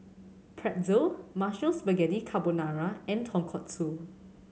Pretzel Mushroom Spaghetti Carbonara and Tonkatsu